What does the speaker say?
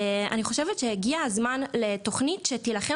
אני חושבת שהגיע הזמן לתוכנית שתילחם